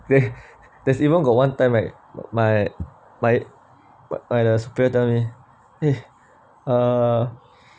then there's even got one time right my my superior tell me eh uh